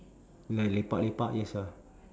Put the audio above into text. like lepak lepak yes ah